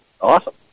Awesome